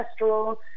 cholesterol